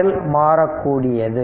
RL மாறக்கூடியது